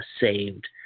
saved